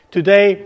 Today